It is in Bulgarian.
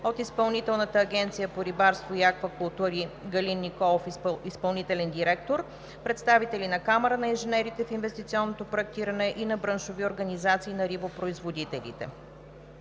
от Изпълнителната агенция по рибарство и аквакултури: Галин Николов – изпълнителен директор; представители на Камарата на инженерите в инвестиционното проектиране и на браншови организации на рибопроизводителите.